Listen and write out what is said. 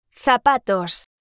zapatos